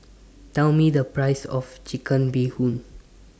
Tell Me The Price of Chicken Bee Hoon